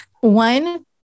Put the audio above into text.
One